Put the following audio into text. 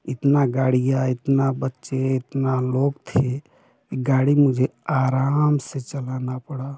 इतना गाड़ियाँ इतना बच्चे इतना लोग थे कि गाड़ी मुझे आराम से चलाना पड़ा